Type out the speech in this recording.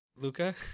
Luca